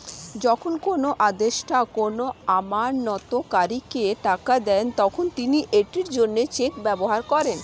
যখন কোনো আদেষ্টা কোনো আমানতকারীকে টাকা দেন, তখন তিনি এটির জন্য চেক ব্যবহার করেন